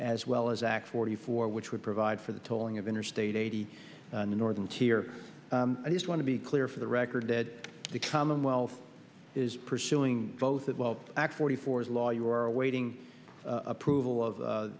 as well as act forty four which would provide for the tolling of interstate eighty northern tier i just want to be clear for the record that the commonwealth is pursuing both well x forty four as law you are awaiting approval of